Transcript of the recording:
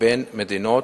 בין מדינות,